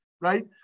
right